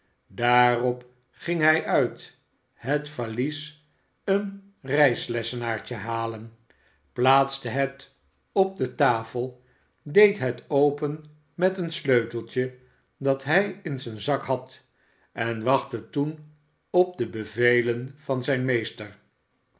daarop ging hij uit het valies een reislessenaartje halen plaatste het op de tafel deed het open met een sleuteltje dat hij in ziin zak had en wachtte toen op de bevelen van zijn meester